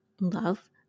love